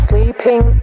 Sleeping